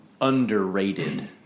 underrated